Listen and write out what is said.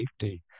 safety